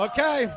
Okay